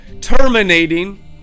terminating